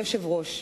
אדוני היושב-ראש,